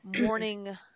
Morning